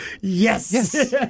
Yes